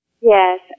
Yes